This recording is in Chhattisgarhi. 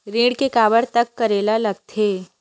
ऋण के काबर तक करेला लगथे?